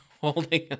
Holding